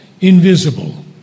invisible